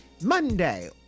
Monday